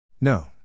No